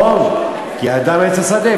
נכון, "כי האדם עץ השדה".